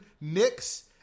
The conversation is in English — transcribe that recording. Knicks